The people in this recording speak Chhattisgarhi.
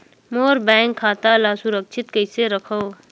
मोर बैंक खाता ला सुरक्षित कइसे रखव?